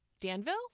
Danville